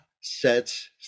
sets